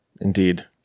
Indeed